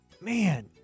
Man